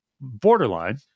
borderline